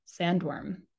sandworm